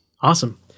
Awesome